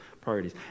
priorities